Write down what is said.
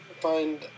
find